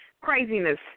craziness